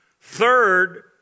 Third